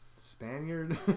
Spaniard